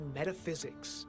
metaphysics